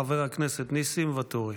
ואחריו, חבר הכנסת ניסים ואטורי.